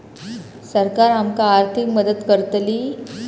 सरकार आमका आर्थिक मदत करतली?